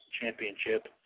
Championship